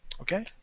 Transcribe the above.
Okay